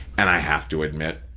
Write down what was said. and i have to admit,